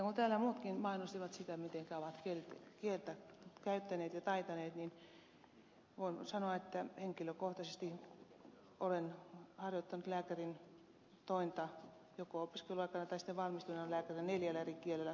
kun täällä muutkin mainostivat sitä mitenkä ovat kieltä käyttäneet ja taitaneet niin voin sanoa että henkilökohtaisesti olen harjoittanut lääkärin tointa joko opiskeluaikana tai sitten valmistuneena lääkärinä neljällä eri kielellä